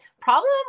problem